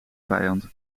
vijand